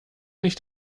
nicht